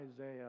Isaiah